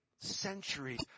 centuries